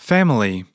Family